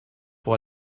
pour